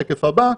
בשקף הבא,